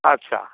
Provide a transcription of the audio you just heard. अच्छा